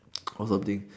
call something